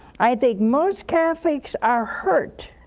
i think most catholics are hurt